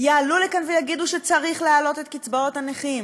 יעלו לכאן ויגידו שצריך להעלות את קצבאות הנכים,